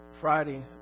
Friday